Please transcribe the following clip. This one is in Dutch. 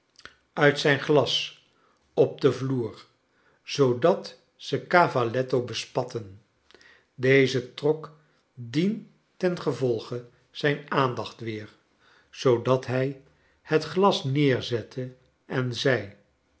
uit zijn glas op den vloer zoodat ze cavalletto bespatten deze trok dientengevolge zijn aandacht weer zoodat hij het glas neerzette en zei